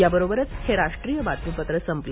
या बरोबरच हे राष्ट्रीय बातमीपत्र संपलं